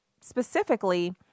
specifically